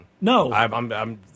No